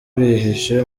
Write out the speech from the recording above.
bihishe